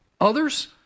Others